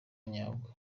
nyabwo